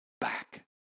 back